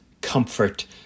comfort